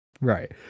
right